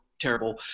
terrible